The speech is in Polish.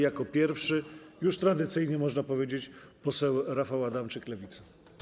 Jako pierwszy już tradycyjnie, można powiedzieć, poseł Rafał Adamczyk, Lewica.